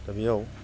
दा बेयाव